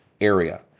area